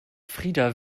frida